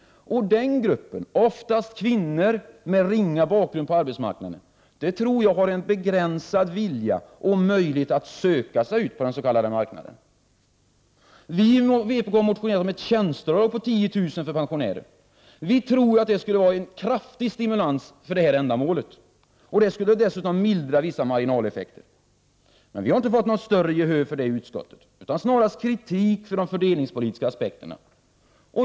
Och den gruppen — oftast kvinnor med ringa bakgrund på arbetsmarknaden — tror jag har begränsad vilja och möjlighet att söka sig ut på den s.k. marknaden. Viivpk har motionerat om ett tjänsteavdrag på 10 000 kr. för pensionärer. Prot. 1988/89:45 Vi tror att det skulle vara en kraftig stimulansfaktor för angivet ändamål, och 14 december 1988 det skulle dessutom mildra vissa marginaleffekter. Vi har dock inte fått något. = Jo Öioooodomn för är större gehör i utskottet för detta förslag utan snarast kritik för de fördelningspolitiska aspekterna.